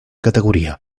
categoria